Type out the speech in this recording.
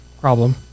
problem